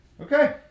Okay